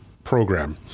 program